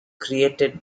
created